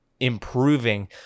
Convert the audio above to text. improving